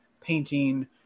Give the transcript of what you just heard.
painting